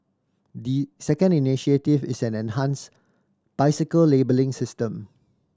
the second initiative is an enhanced bicycle labelling system